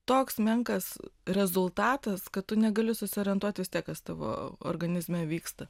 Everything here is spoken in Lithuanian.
toks menkas rezultatas kad tu negali susiorientuoti kas tavo organizme vyksta